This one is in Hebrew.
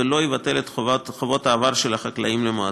ולא יבטל את חובות העבר של החקלאים למועצה.